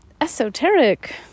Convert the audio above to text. esoteric